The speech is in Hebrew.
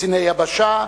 לקציני יבשה,